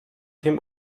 dem